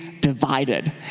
divided